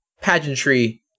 pageantry